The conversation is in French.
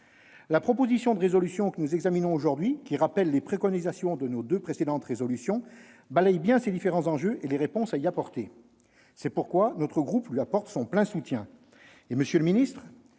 La proposition de résolution que nous examinons aujourd'hui, qui rappelle les préconisations de nos deux précédentes résolutions, balaye bien le champ de ces différents enjeux et des réponses qu'il faut y apporter. C'est pourquoi notre groupe lui apporte son plein soutien.